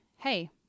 hey